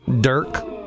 Dirk